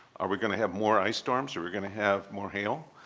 are we going to have more ice storms? are we going to have more hail?